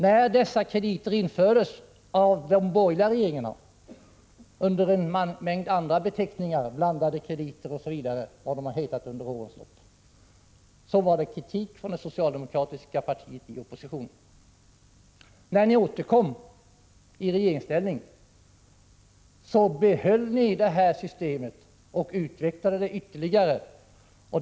När dessa krediter infördes av de borgerliga regeringarna under en mängd andra beteckningar — blandade krediter osv. — ledde det till kritik från det socialdemokratiska partiet i opposition. När ni återkom i regeringsställning behöll ni systemet och utvecklade det ytterligare.